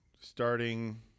starting